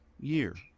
year